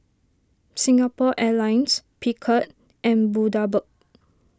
Singapore Airlines Picard and Bundaberg